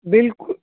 بالکل